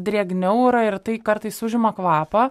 drėgniau yra ir tai kartais užima kvapą